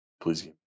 please